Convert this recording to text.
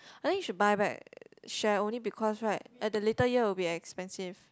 I think you should buy back share only because right at the later year will be expensive